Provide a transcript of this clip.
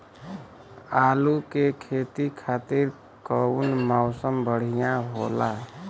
आलू के खेती खातिर कउन मौसम बढ़ियां होला?